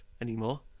anymore